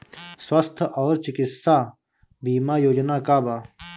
स्वस्थ और चिकित्सा बीमा योजना का बा?